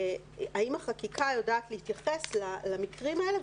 אם החקיקה יודעת להתייחס למקרים האלה.